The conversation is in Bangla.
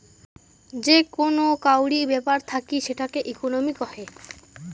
যে কোন কাউরি ব্যাপার থাকি সেটাকে ইকোনোমি কহে